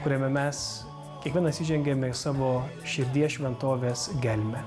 kuriame mes kiekvienas įžengiame į savo širdies šventovės gelmę